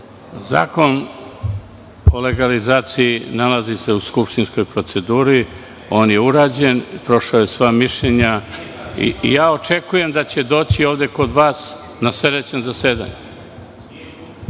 Zakon o legalizaciji nalazi se u skupštinskoj proceduri. On je urađen, prošao je sva mišljenja i očekujem da će doći ovde kod vas na sledećem zasedanju.(Janko